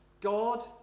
God